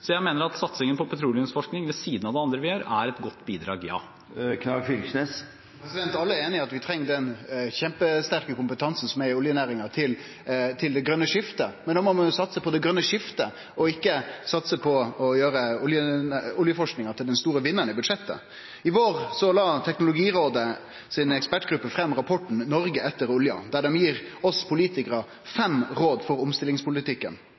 Så jeg mener at satsingen på petroleumsforskning, ved siden av det andre vi gjør, er et godt bidrag – ja. Alle er einig i at vi treng den kjempesterke kompetansen som er i oljenæringa, til det grøne skiftet. Men da må ein satse på det grøne skiftet og ikkje på å gjere oljeforskinga til den store vinnaren i budsjettet. I vår la ekspertgruppa til Teknologirådet fram rapporten Norge etter oljen, der dei gir oss politikarar fem råd for omstillingspolitikken.